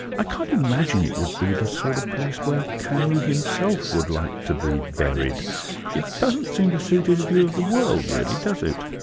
i can't imagine it would be the sort of place where camus himself would like to be buried it doesn't seem to suit his view of the world, really, does it?